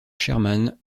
sherman